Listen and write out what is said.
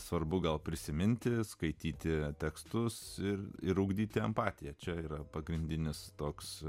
svarbu gal prisiminti skaityti tekstus ir ir ugdyti empatiją čia yra pagrindinis toks